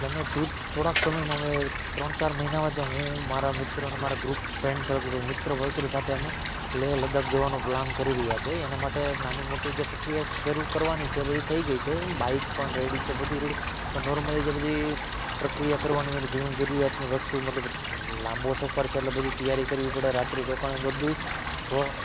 એટલે અમે જુજ થોડાક સમયમાં અમે ત્રણ ચાર મહિના જ હું મારા મિત્રોન મારા ગ્રુપ ફ્રેન્ડ સર્કલ મિત્ર વર્તુળ સાથે અમે લેહ લદાખ જવાનો પ્લાન કરી રહ્યા છે એના માટે નાની મોટી જે પ્રક્રિયા શરૂ કરવાની છે એ બધી થઈ ગઈ છે બાઇક પણ રેડી જ છે બધુંય રેડી છે પણ નૉર્મલી જે બધી પ્રક્રિયા કરવાની હોય ને જીવન જરૂરિયાતની વસ્તુ મતલબ લાંબો સફર છે એટલે બધી તૈયારી કરવી પડે રાત્રિ રોકાણ એવું બધુય